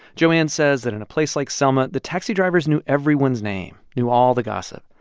joanne says that in a place like selma the taxi drivers knew everyone's name, knew all the gossip.